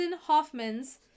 Hoffman's